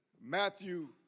Matthew